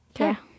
Okay